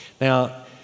Now